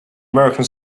american